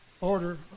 order